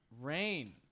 rain